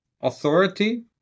authority